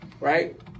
Right